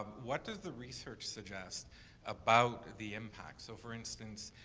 what does the research suggest about the impact. so for instance,